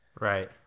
Right